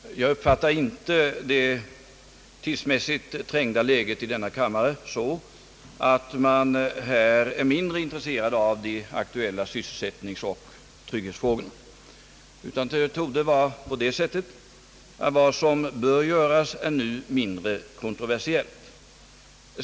Herr talman! Jag uppfattar inte det tidsmässigt trängda läget i denna kammare så att dess ledamöter skulle vara mindre intresserade av de aktuella sysselsättningsoch = trygghetsfrågorna, utan det torde vara så att vad som bör göras nu är mindre kontroversiellt.